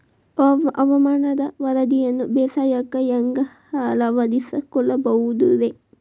ಹವಾಮಾನದ ವರದಿಯನ್ನ ಬೇಸಾಯಕ್ಕ ಹ್ಯಾಂಗ ಅಳವಡಿಸಿಕೊಳ್ಳಬಹುದು ರೇ?